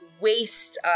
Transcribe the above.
waste